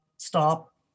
stop